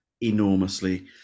enormously